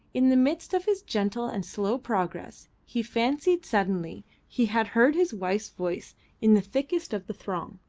in the midst of his gentle and slow progress he fancied suddenly he had heard his wife's voice in the thickest of the throng.